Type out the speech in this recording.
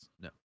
No